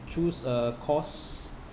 choose a course